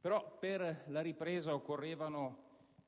per la ripresa ci sarebbe stato